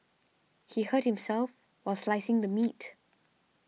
he hurt himself while slicing the meat